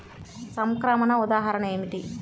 సంక్రమణ ఉదాహరణ ఏమిటి?